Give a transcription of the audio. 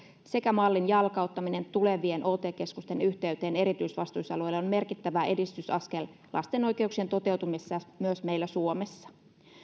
sekä mallin jalkauttaminen tulevien ot keskusten yhteyteen erityisvastuualueille on merkittävä edistysaskel lasten oikeuksien toteutumisessa myös meillä suomessa